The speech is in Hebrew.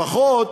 לפחות,